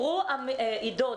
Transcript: עידו,